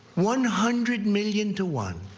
one hundred million to one.